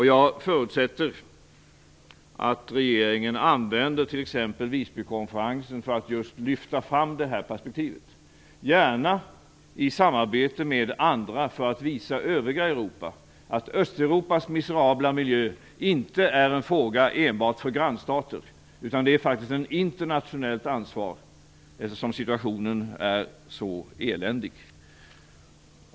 Jag förutsätter att regeringen använder sig av t.ex. Visbykonferensen för att just lyfta fram det här perspektivet, gärna i samarbete med andra för att visa övriga Europa att Östeuropas miserabla miljö inte är en fråga enbart för grannstater utan det är faktiskt ett internationellt ansvar, eftersom situationen är så eländig.